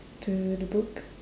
to the book